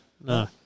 No